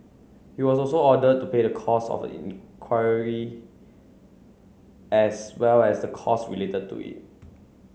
he was also ordered to pay the cost of inquiry as well as the cost related to it